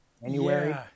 January